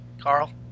Carl